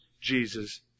Jesus